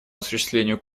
осуществлению